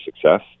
success